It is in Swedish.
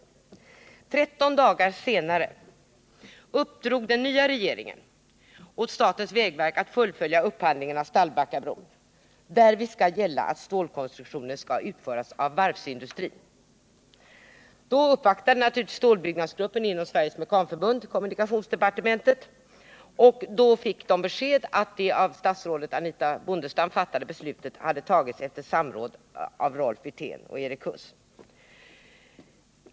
Om upphandlingen 13 dagar senare uppdrog den nya regeringen åt statens vägverk att fullfölja för byggandet av Mekanförbund uppvaktade givetvis då kommunikationsdepartementet, och man fick därvid beskedet att det beslut som statsrådet Anitha Bondestam hade ansvaret för hade fattats efter samråd med Rolf Wirtén och Erik Huss.